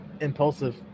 impulsive